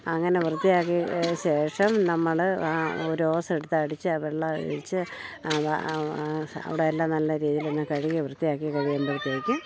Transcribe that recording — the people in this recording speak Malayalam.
അങ്ങനെ വൃത്തിയാക്കിയ ശേഷം നമ്മൾ ഒരു ഓസെടുത്തടിച്ചു വെള്ളം ഒഴിച്ചു അവിടെ എല്ലാം നല്ല രീതിയിൽ തന്നെ കഴുകി വൃത്തിയാക്കി കഴിയുമ്പോഴത്തേക്കും